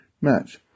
match